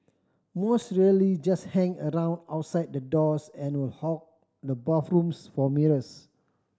most really just hang around outside the doors and will hog the bathrooms for mirrors